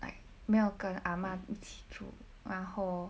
like 没有跟阿嬷一起住然后